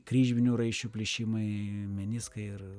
kryžminių raiščių plyšimai meniskai ir